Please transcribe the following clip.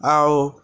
ଆଉ